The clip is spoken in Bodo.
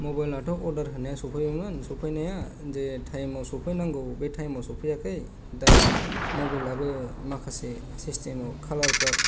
मबाइलआथ' अर्डार होनाया सफैबायमोन सफैनाया जे टाइमाव सफैनांगौ बे टाइमाव सफैयाखै दा मबाइलाबो माखासे सिस्टेम कालारफ्रा